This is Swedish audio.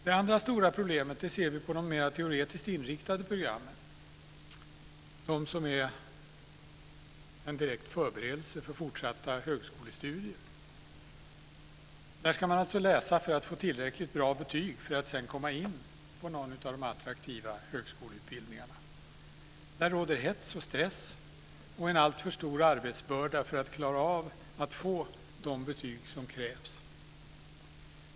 Det andra stora problemet ser vi på de mera teoretiskt inriktade programmen, de som är en direkt förberedelse för fortsatta högskolestudier. Där ska man alltså läsa för att få tillräckligt bra betyg för att sedan komma in på någon av de attraktiva högskoleutbildningarna. Där råder hets och stress och en alltför stor arbetsbörda för att man ska klara av att få de betyg som krävs.